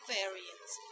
variants